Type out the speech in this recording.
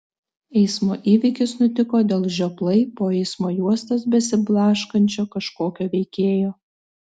eismo įvykis nutiko dėl žioplai po eismo juostas besiblaškančio kažkokio veikėjo